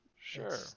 Sure